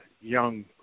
young